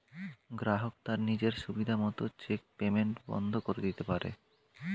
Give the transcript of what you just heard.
গ্রাহক তার নিজের সুবিধা মত চেক পেইমেন্ট বন্ধ করে দিতে পারে